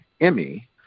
emmy